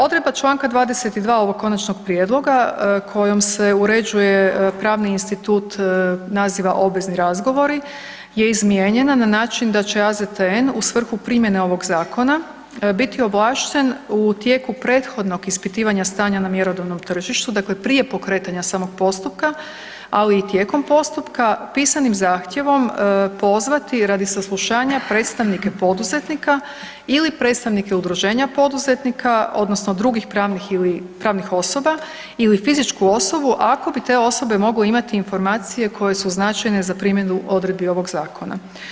Odredba čl. 22. ovog konačnog prijedloga kojom se uređuje pravni institut naziva obvezni razgovori je izmijenjena na način da će AZTN u svrhu primjene ovog zakona biti ovlašten u tijeku prethodnog ispitivanja stanja na mjerodavnom tržištu, dakle prije pokretanja samog postupka, ali i tijekom postupka pisanim zahtjevom pozvati radi saslušanja predstavnike poduzetnika ili predstavnike udruženja poduzetnika odnosno drugih pravnih osoba ili fizičku osobu ako bi te osobe mogle imati informacije koje su značajne za primjenu odredbi ovog zakona.